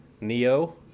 Neo